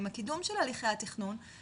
עם הקידום של הליכי התכנון,